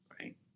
Right